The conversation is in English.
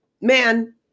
Man